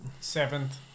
Seventh